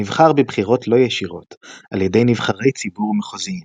נבחר בבחירות לא ישירות על ידי נבחרי ציבור מחוזיים.